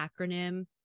acronym